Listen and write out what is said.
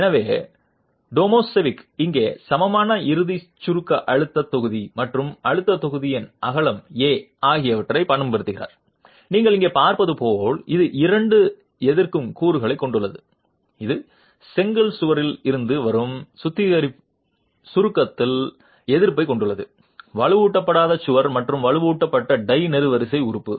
எனவே டோமாசெவிக் இங்கே சமமான இறுதி சுருக்க அழுத்தத் தொகுதி மற்றும் அழுத்தத் தொகுதியின் அகலம் a ஆகியவற்றைப் பயன்படுத்துகிறார் நீங்கள் இங்கே பார்ப்பது போல் இது இரண்டு எதிர்க்கும் கூறுகளைக் கொண்டுள்ளது இது செங்கல் சுவரில் இருந்து வரும் சுருக்கத்தில் எதிர்ப்பைக் கொண்டுள்ளது வலுவூட்டப்படாத சுவர் மற்றும் வலுவூட்டப்பட்ட டை நெடுவரிசை உறுப்பு